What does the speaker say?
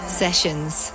sessions